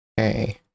Okay